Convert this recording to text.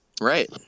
right